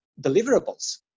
deliverables